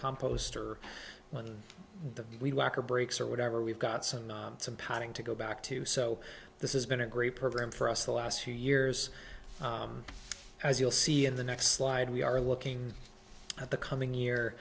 composter when we walk or breaks or whatever we've got some compounding to go back to so this is been a great program for us the last few years as you'll see in the next slide we are looking at the coming year